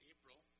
April